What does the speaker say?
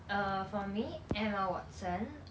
uh for me emma watson